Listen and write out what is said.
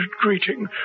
greeting